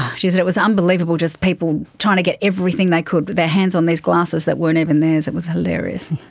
she said it was unbelievable, just people trying to get everything they could, with their hands on these glasses that weren't even theirs. it was hilarious.